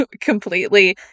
completely